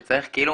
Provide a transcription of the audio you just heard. שצריך כאילו